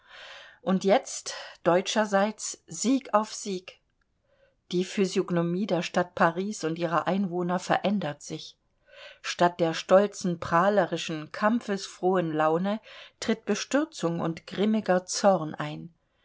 und jetzt deutscherseits sieg auf sieg die physiognomie der stadt paris und ihrer einwohner verändert sich statt der stolzen prahlerischen kampfesfrohen laune tritt bestürzung und grimmiger zorn ein